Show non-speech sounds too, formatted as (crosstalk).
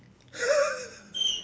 (laughs)